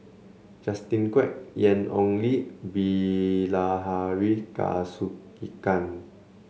Justin Quek Ian Ong Li Bilahari Kausikan